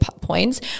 points